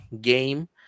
game